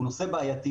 הוא נושא בעייתי.